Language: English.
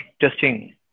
testing